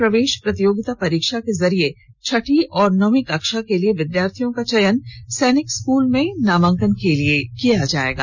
प्रवेश प्रतियोगिता परीक्षा के जरिए छठी और नवीं कक्षा के लिए विद्यार्थियों का चयन सैनिक स्कूल में नामांकन के लिए किया जायेगा